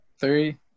three